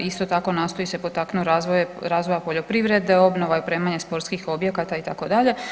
Isto tako, nastoji se potaknuti razvoja poljoprivrede, obnova i opremanje sportskih objekata itd.